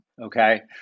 Okay